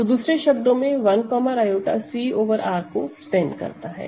तो दूसरे शब्दों में 1 i C ओवर R का स्पेन है